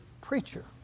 preacher